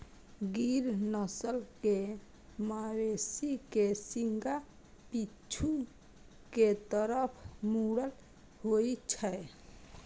गिर नस्ल के मवेशी के सींग पीछू के तरफ मुड़ल होइ छै